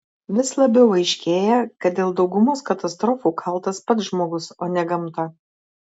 vis labiau aiškėja kad dėl daugumos katastrofų kaltas pats žmogus o ne gamta